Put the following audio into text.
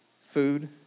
food